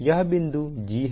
यह बिंदु g है